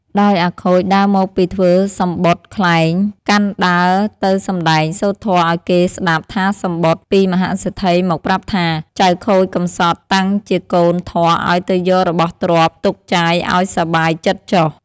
ដោយអាខូចដើរមកពីធ្វើសំបុត្រក្លែង កាន់ដើរទៅសំដែងសូត្រធម៌ឱ្យគេស្ដាប់ថាសំបុត្រពីមហាសេដ្ឋីមកប្រាប់ថា ចៅខូចកំសត់តាំងជាកូនធម៍ឲ្យទៅយករបស់ទ្រព្យទុកចាយឱ្យសប្បាយចិត្ដចុះ។